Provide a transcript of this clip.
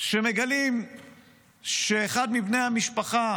שמגלים שאחד מבני המשפחה